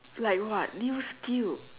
like what new skill